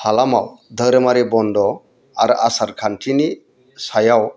हालामाव धोरोमारि बन्द आरो आसारखान्थिनि सायाव